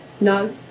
No